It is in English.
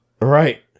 right